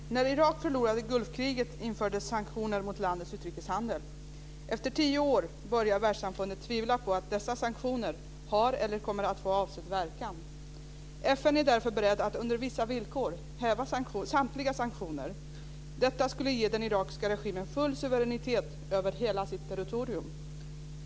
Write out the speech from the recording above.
Fru talman! När Irak förlorade Gulfkriget infördes sanktioner mot landets utrikeshandel. Efter tio år börjar världssamfundet tvivla på att dessa sanktioner har eller kommer att få avsedd verkan. FN är därför berett att under vissa villkor häva samtliga sanktioner. Detta skulle ge den irakiska regimen full suveränitet över hela sitt territorium.